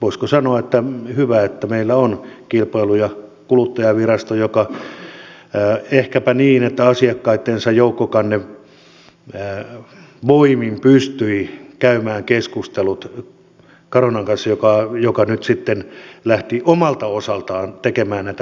voisiko sanoa että hyvä että meillä on kilpailu ja kuluttajavirasto joka ehkäpä asiakkaittensa joukkokannevoimin pystyi käymään keskustelut carunan kanssa joka nyt sitten lähti omalta osaltaan tekemään näitä muutospäätöksiä